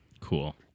Cool